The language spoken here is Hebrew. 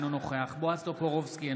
אינו נוכח בועז טופורובסקי,